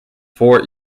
fort